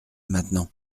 maintenant